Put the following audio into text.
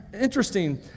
Interesting